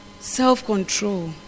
Self-control